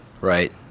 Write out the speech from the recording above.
Right